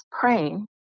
praying